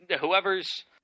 whoever's